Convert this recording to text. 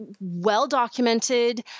well-documented